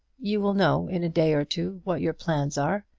you will know in a day or two what your plans are.